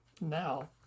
now